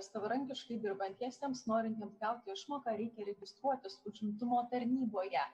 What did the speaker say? savarankiškai dirbantiesiems norintiems gauti išmoką reikia registruotis užimtumo tarnyboje